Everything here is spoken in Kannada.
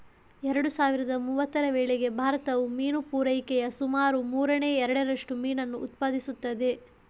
ಎರಡು ಸಾವಿರದ ಮೂವತ್ತರ ವೇಳೆಗೆ ಭಾರತವು ಮೀನು ಪೂರೈಕೆಯ ಸುಮಾರು ಮೂರನೇ ಎರಡರಷ್ಟು ಮೀನನ್ನು ಉತ್ಪಾದಿಸುತ್ತದೆ